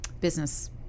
business